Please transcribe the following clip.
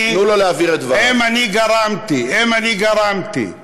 אם אני גרמתי,